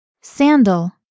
Sandal